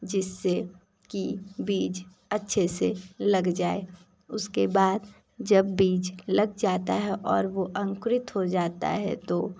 जिससे कि बीज अच्छे से लग जाए उसके बाद जब बीज लग जाता है और वोह अंकुरित हो जा ता है तो